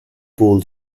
goal